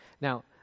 Now